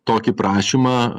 tokį prašymą